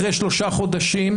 אחרי שלושה חודשים,